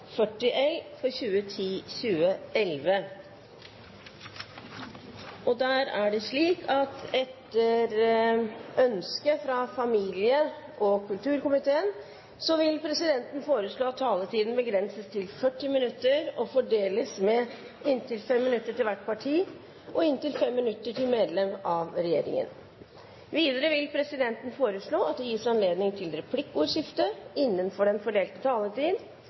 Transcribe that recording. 40 minutter og fordeles med inntil 5 minutter til hvert parti og inntil 5 minutter til medlem av regjeringen. Videre vil presidenten foreslå at det gis anledning til replikkordskifte på inntil tre replikker med svar etter innlegg fra medlem av regjeringen innenfor den fordelte taletid.